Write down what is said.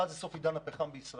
אחד, סוף עידן הפחם בישראל.